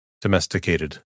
Domesticated